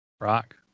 Rock